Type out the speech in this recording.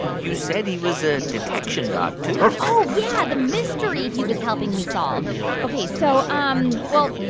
you said he was a detection dog too oh, yeah, the mystery he was helping me solve ok, so, um well,